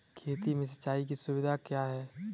खेती में सिंचाई की सुविधा क्या है?